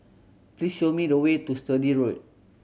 please show me the way to Sturdee Road